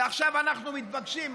ועכשיו אנחנו מתבקשים,